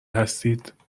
هستید